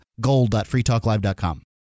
gold.freetalklive.com